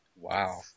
Wow